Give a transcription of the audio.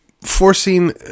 forcing